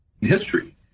history